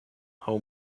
how